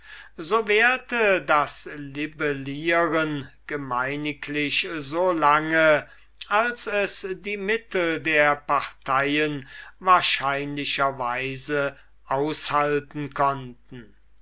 so währte das libellieren gemeiniglich so lange als es die mittel der parteien wahrscheinlicher weise aushalten konnten